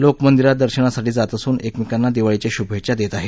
लोक मंदिरात दर्शनासाठी जात असून एकमेकांना दिवाळीच्या शुभेच्छा देत आहेत